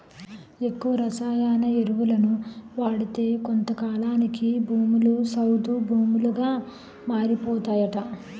ఎక్కువ రసాయన ఎరువులను వాడితే కొంతకాలానికి భూములు సౌడు భూములుగా మారిపోతాయట